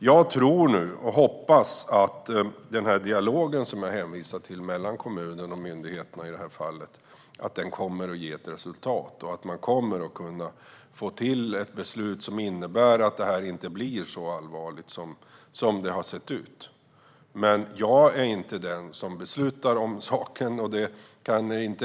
Jag tror och hoppas att den dialog mellan kommunen och myndigheterna som jag hänvisade till kommer att ge resultat och att man får till ett beslut som innebär att det inte blir så allvarligt som det ser ut. Jag är inte den som beslutar om saken.